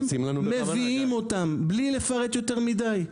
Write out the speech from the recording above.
מביאים אותם בלי לפרט יותר מידי,